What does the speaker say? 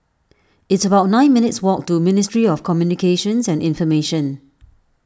it's about nine minutes' walk to Ministry of Communications and Information